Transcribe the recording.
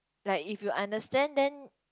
like if you understand then